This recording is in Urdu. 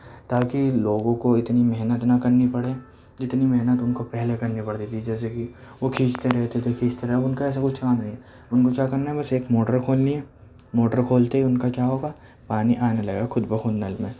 تاکہ لوگوں کو اتنی محنت نہ کرنی پڑے جتنی محنت ان کو پہلے کرنی پڑتی تھی جیسے کہ وہ کھینچتے رہتے تھے کھینچتے رہتے ان کا ایسا کچھ کام نہیں ہے ان کو کیا کرنا ہے بس ایک موٹر کھولنی ہے موٹر کھولتے ہی ان کا کیا ہوگا پانی آنے لگے گا خود بخود نل میں